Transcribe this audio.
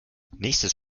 nächstes